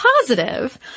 positive